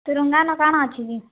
ତ୍ରିରଙ୍ଗାନ କାଣ ଅଛି କି